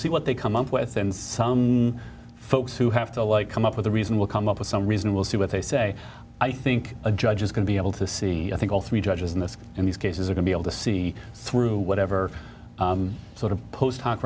see what they come up with and some folks who have to like come up with a reason will come up with some reason we'll see what they say i think a judge is going to be able to see i think all three judges in this in these cases are going be able to see through whatever sort of post h